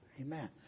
Amen